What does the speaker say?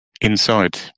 inside